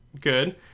Good